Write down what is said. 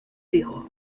hijos